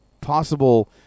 possible